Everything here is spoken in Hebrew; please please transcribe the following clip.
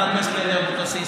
חברת הכנסת לוי אבקסיס,